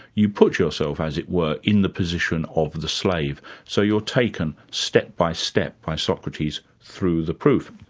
you put yourself, as it were, in the position of the slave. so you're taken step by step by socrates, through the proof.